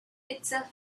itself